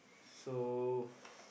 so